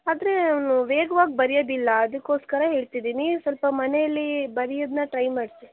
ಆದರೆ ಅವನು ವೇಗವಾಗಿ ಬರೆಯೋದಿಲ್ಲ ಅದಕ್ಕೋಸ್ಕರ ಹೇಳ್ತಿದ್ದೀನಿ ಸ್ವಲ್ಪ ಮನೆಯಲ್ಲಿ ಬರಿಯೋದನ್ನ ಟ್ರೈ ಮಾಡಿಸಿ